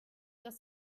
dass